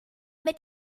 mit